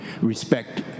respect